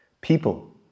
people